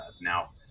Now